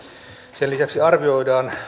sen lisäksi arvioidaan